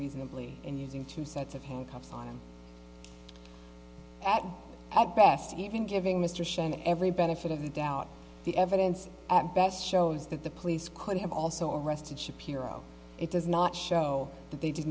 reasonably and using two sets of handcuffs on him best even giving mr shannon every benefit of the doubt the evidence at best shows that the police could have also arrested shapiro it does not show that they did